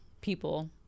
people